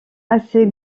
assez